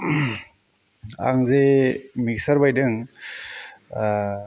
आं जे मिक्सार बायदों